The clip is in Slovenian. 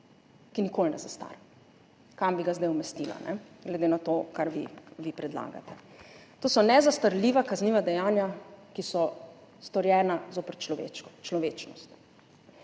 ki nikoli ne zastara, kam bi ga zdaj umestila glede na to, kar vi predlagate. To so nezastarljiva kazniva dejanja, ki so storjena zoper človečnost.